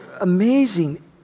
amazing